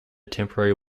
temporary